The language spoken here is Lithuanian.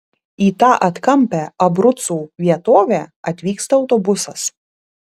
į tą atkampią abrucų vietovę atvyksta autobusas